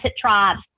tribes